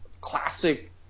classic